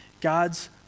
God's